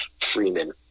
Freeman